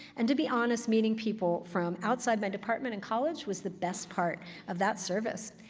and to be honest, meeting people from outside my department and college was the best part of that service.